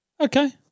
Okay